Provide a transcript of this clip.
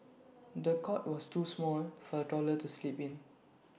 the cot was too small for A toddler to sleep in